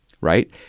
right